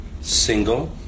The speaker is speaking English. Single